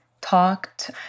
talked